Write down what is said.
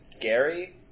Gary